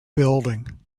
building